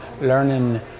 learning